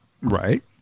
Right